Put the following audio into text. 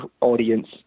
audience